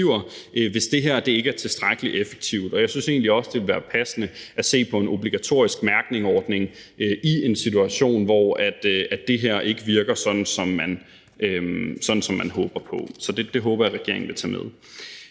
hvis det her ikke er tilstrækkelig effektivt. Jeg synes egentlig også, at det ville være passende at se på en obligatorisk mærkningsordning i en situation, hvor det her ikke virker, sådan som man håber på. Så det håber jeg regeringen vil tage med.